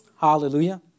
Hallelujah